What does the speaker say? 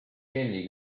kelly